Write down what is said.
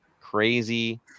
crazy